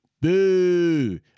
Boo